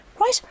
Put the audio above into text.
Right